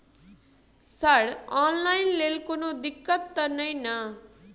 Sir online लैल कोनो दिक्कत न ई नै?